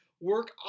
Work